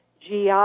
GI